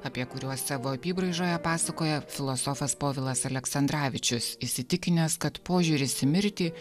apie kuriuos savo apybraižoje pasakoja filosofas povilas aleksandravičius įsitikinęs kad požiūris į mirtį